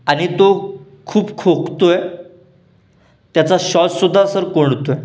आणि तो खूप खोकतो आहे त्याचा श्वाससुद्धा सर कोंडतो आहे